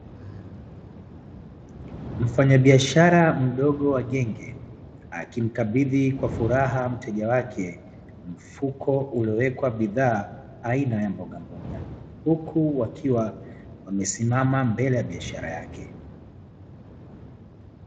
Mfanyabiashara mdogo wa genge, akimkabidhi kwa furaha mteja wake mfuko, uliowekwa bidhaa, aina ya mbogamboga, huku wakiwa wamesimama mbele ya biashara yake.